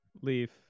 Leave